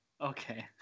okay